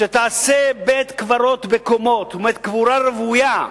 שתעשה בית-קברות בקומות, קבורה רוויה,